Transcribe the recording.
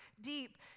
deep